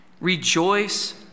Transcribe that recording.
Rejoice